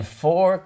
four